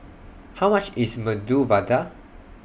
How much IS Medu Vada